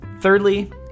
thirdly